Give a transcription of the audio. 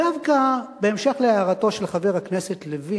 דווקא בהמשך להערתו של חבר הכנסת לוין,